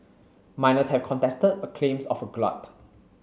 miners have contested claims of a glut